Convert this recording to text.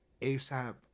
ASAP